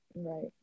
Right